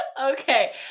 Okay